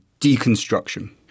deconstruction